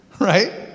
right